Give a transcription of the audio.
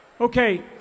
Okay